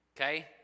Okay